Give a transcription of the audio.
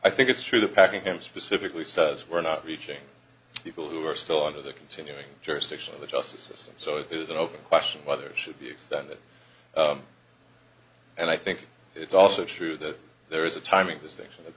i think it's true the packing him specifically says we're not reaching people who are still under the continuing jurisdiction of the justice system so it is an open question whether it should be extended and i think it's also true that there is a timing distinction